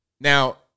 Now